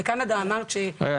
רגע,